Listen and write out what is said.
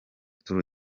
tour